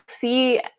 see